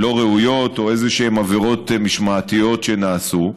לא ראויות או איזה עבירות משמעתיות שנעשו,